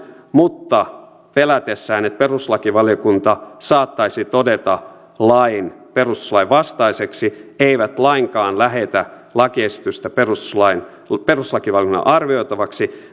mutta pelätessään että perustuslakivaliokunta saattaisi todeta lain perustuslain vastaiseksi ei lainkaan lähetä lakiesitystä perustuslakivaliokunnan arvioitavaksi